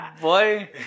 boy